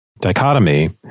dichotomy